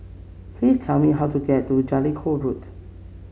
please tell me how to get to Jellicoe Road